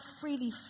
freely